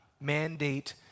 mandate